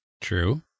True